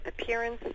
appearance